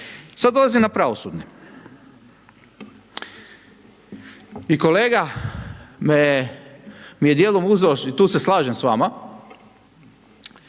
Sad dolazim na pravosudne. I kolega me, mi je dijelom uzeo, tu se slažem s vama.